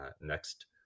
next